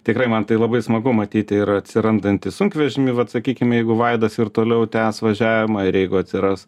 tikrai man tai labai smagu matyti ir atsirandantį sunkvežimį vat sakykim jeigu vaidas ir toliau tęs važiavimą ir jeigu atsiras